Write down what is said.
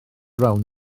rownd